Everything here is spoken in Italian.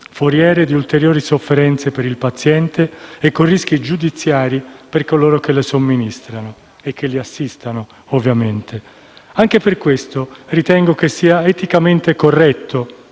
foriere di ulteriori sofferenze per il paziente e con rischi giudiziari per coloro che le somministrano e che assistono. Anche per questo ritengo che sia eticamente corretto,